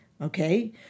okay